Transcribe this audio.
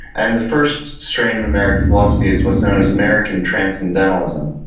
and the first strain of american philosophy is what's known as american transcendentalism.